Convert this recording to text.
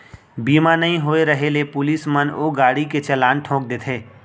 बीमा नइ होय रहें ले पुलिस मन ओ गाड़ी के चलान ठोंक देथे